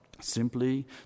Simply